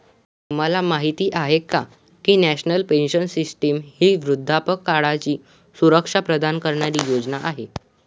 तुम्हाला माहिती आहे का की नॅशनल पेन्शन सिस्टीम ही वृद्धापकाळाची सुरक्षा प्रदान करणारी योजना आहे